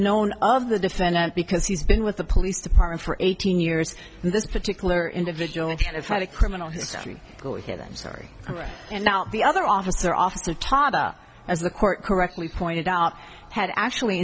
known of the defendant because he's been with the police department for eighteen years and this particular individual and kind of had a criminal history go ahead i'm sorry and now the other officer officer todd up as the court correctly pointed out had actually